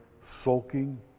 sulking